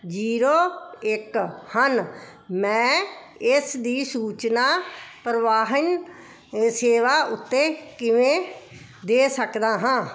zero ਇੱਕ ਹਨ ਮੈਂ ਇਸ ਦੀ ਸੂਚਨਾ ਪਰਿਵਾਹਨ ਸੇਵਾ ਉੱਤੇ ਕਿਵੇਂ ਦੇ ਸਕਦਾ ਹਾਂ